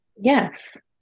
yes